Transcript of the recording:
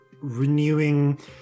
Renewing